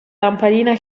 lampadina